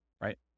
right